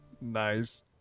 Nice